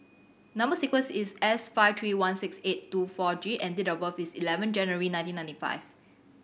number sequence is S five three one six eight two four G and date of birth is eleven January nineteen ninety five